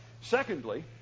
secondly